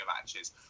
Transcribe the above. matches